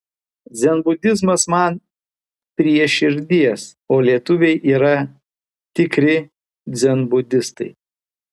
dzenbudizmas man prie širdies o lietuviai yra tikri dzenbudistai